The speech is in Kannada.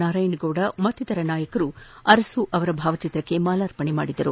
ನಾರಾಯಣಗೌಡ ಮತ್ತಿತರ ನಾಯಕರು ಅರಸು ಅವರ ಭಾವಚಿತ್ರಕ್ಷೆ ಮಾಲಾರ್ಪಣೆ ಮಾಡಿದರು